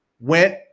went